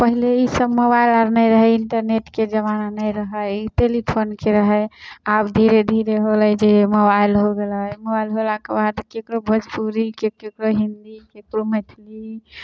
पहिले ईसब मोबाइल आर नहि रहै तऽ इन्टरनेटके जमाना नहि रहै ई टेलीफोनके रहै आब धीरे धीरे होलै जे मोबाइल हो गेलै मोबाइल होलाके बाद ककरो भोजपुरी ककरो हिन्दी ककरो मैथिली